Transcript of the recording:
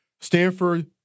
Stanford